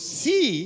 see